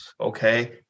Okay